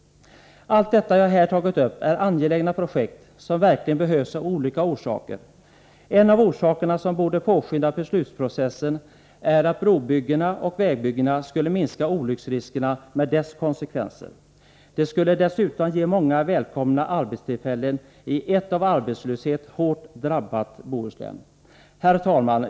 Allt detta som jag har tagit upp här är angelägna projekt som av olika orsaker verkligen behövs. En av orsakerna, som borde påskynda beslutsprocessen, är att brobyggena och vägbyggena skulle minska olycksriskerna. De skulle dessutom ge många välkomna arbetstillfällen i ett av arbetslöshet hårt drabbat Bohuslän. Herr talman!